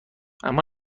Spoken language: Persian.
اما